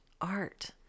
art